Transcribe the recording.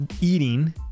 eating